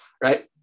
right